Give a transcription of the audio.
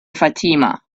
fatima